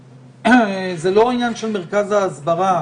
זה לא עניין של מרכז ההסברה,